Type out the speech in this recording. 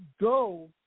Go